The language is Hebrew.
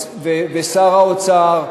ושר האוצר,